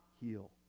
heal